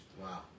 Wow